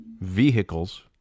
vehicles